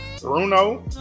bruno